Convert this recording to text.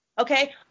Okay